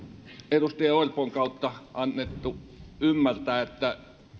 edustaja orpon kautta annettu ymmärtää että